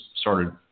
started